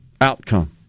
outcome